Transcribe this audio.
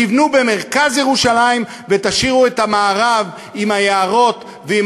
תבנו במרכז ירושלים ותשאירו את המערב עם היערות ועם